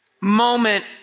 moment